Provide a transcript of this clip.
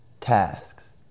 tasks